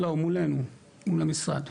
לא, מולנו, מול המשרד.